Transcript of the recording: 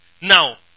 Now